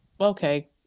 Okay